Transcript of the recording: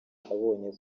abonye